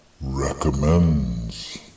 recommends